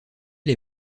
les